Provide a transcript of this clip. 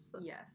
Yes